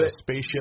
spaceship